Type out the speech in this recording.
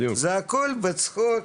זה הכל בצחוק,